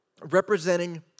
representing